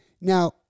Now